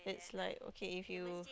it's like okay if you